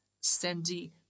sandy